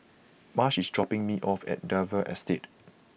Marsh is dropping me off at Dalvey Estate